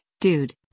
dude